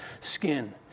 skin